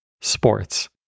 sports